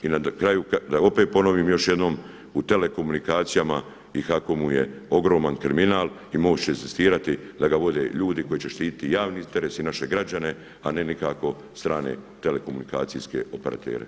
I na kraju da opet ponovim još jednom u telekomunikacijama i HAKOM-u je ogroman kriminal i moguće je egzistirati da ga vode ljudi koji će štititi javni interes i naše građane, a ne nikako strane telekomunikacijske operatere.